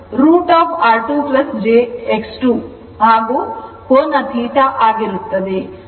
ಆದ್ದರಿಂದ ಇದರ ಪರಿಮಾಣವು √ R2 X2 ಮತ್ತು ಕೋನ θ ಆಗಿರುತ್ತದೆ